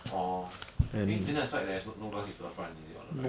orh eh then the side that has no glass is the front is it or the back